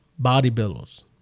bodybuilders